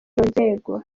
nzego